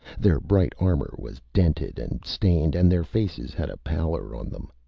their bright armor was dented and stained, and their faces had a pallor on them.